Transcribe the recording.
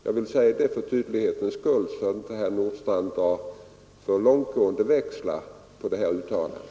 Jag vill säga det för tydlighetens skull, så att inte herr Nordstrandh drar för stora växlar på mitt uttalande.